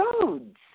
roads